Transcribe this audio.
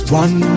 one